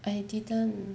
I didn't